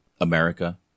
America